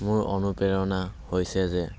মোৰ অনুপ্ৰেৰণা হৈছে যে